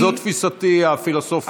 זו תפיסתי הפילוסופית.